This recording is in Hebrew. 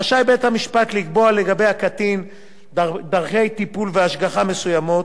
רשאי בית-המשפט לקבוע לגבי הקטין דרכי טיפול והשגחה מסוימות,